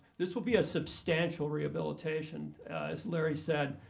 this will be a substantial rehabilitation, as larry said.